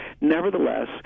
Nevertheless